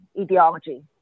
ideology